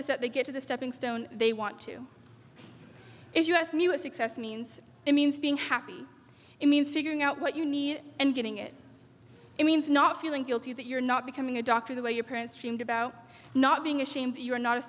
is that they get to the stepping stone they want to if you have new a success means it means being happy it means figuring out what you need and getting it it means not feeling guilty that you're not becoming a doctor the way your parents seemed about not being ashamed that you're not a